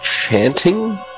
chanting